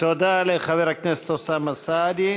תודה לחבר הכנסת אוסאמה סעדי.